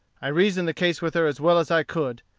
i reasoned the case with her as well as i could,